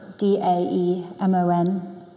D-A-E-M-O-N